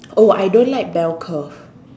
oh I don't like bell curve